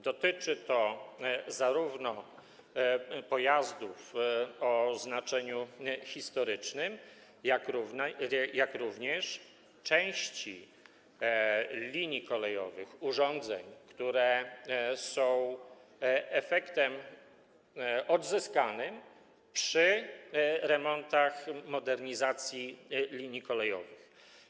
Dotyczy to zarówno pojazdów o znaczeniu historycznym, jak i części linii kolejowych, urządzeń, które są efektem odzyskanym przy remontach, modernizacji linii kolejowych.